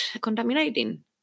contaminating